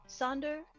Sonder